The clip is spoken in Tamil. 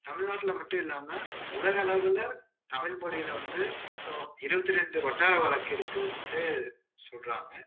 தமிழ்நாட்ல மட்டும் இல்லாமல் உலக அளவில் தமிழ் மொழியில் வந்து மொத்தம் இருபத்தி ரெண்டு வட்டார வழக்கு இருக்குதுன்ட்டு சொல்கிறாங்க